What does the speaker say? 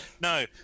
No